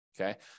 Okay